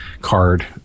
card